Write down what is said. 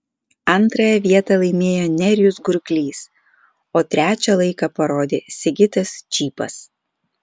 antrąją vietą laimėjo nerijus gurklys o trečią laiką parodė sigitas čypas